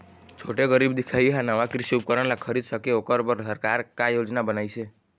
छोटे गरीब दिखाही हा नावा कृषि उपकरण ला खरीद सके ओकर बर सरकार का योजना बनाइसे?